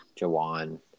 Jawan